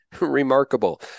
Remarkable